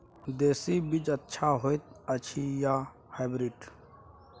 देसी बीज अच्छा होयत अछि या हाइब्रिड?